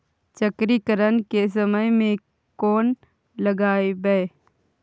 चक्रीकरन के समय में कोन लगबै?